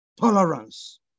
tolerance